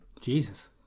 Jesus